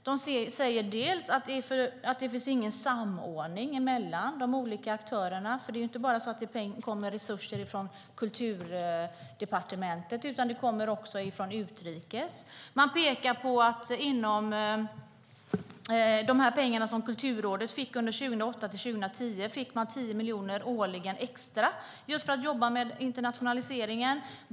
De säger att det inte finns någon samordning mellan de olika aktörerna, för resurserna kommer ju inte bara från Kulturdepartementet utan också från Utrikesdepartementet. Man pekar på de pengar som Kulturrådet fick 2008-2010. Då fick de 10 miljoner årligen extra, just för att jobba med internationaliseringen.